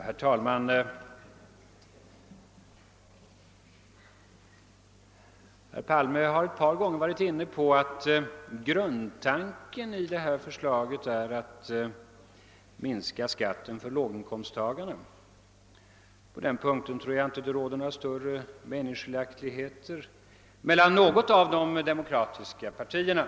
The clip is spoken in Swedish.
Herr talman! Herr Palme har ett par gånger varit inne på att grundtanken i detta förslag är att minska skatten för låginkomsttagarna. På den punkten tror jag inte det råder några större meningsskiljaktigheter mellan de demokratiska partierna.